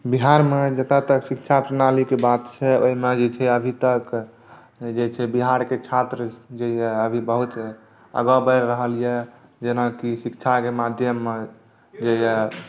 बिहारमे जतय तक शिक्षा प्रणालीके बात छै ओहिमे जे छै अभी तक जे छै बिहारके छात्र जे जे अभी बहुत आगाँ बढ़ि रहल यए जेनाकि शिक्षाके माध्यममे जहिआ